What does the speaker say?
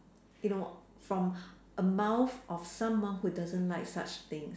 you know from a mouth of someone who doesn't like such things